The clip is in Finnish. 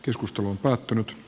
joskus tuhoon päättynyt